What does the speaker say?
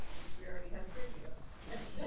which we already had a preview of. yeah